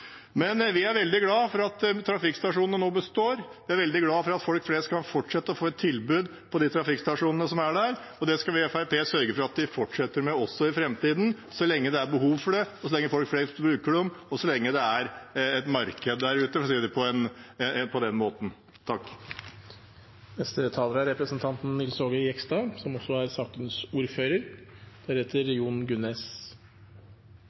Men vi er veldig glad for at trafikkstasjonene nå består. Vi er veldig glad for at folk flest kan fortsette å få et tilbud på de trafikkstasjonene som er der. Og det skal vi i Fremskrittspartiet sørge for fortsetter også i framtiden, så lenge det er behov for det, så lenge folk flest bruker dem, og så lenge det er et marked der ute, for å si det på den måten. For å forklare noe av årsaken til forslaget, innstillingen vi fremmer: Hvis man leser rapporten fra Statens vegvesen – og det er